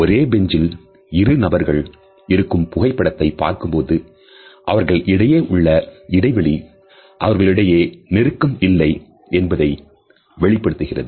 ஒரே பெஞ்சில் இரு நபர்கள் இருக்கும் புகைப்படத்தை பார்க்கும் போது அவர்களுக்கு இடையே உள்ள இடைவெளி அவர்களிடையே நெருக்கமில்லை என்பதை வெளிப்படுத்துகிறது